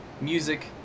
music